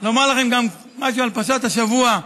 לומר לכם גם משהו על פרשת השבוע,